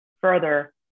further